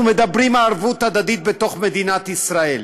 מדברים על ערבות הדדית בתוך מדינת ישראל.